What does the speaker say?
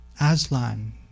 Aslan